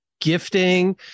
gifting